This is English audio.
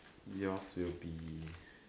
yours will be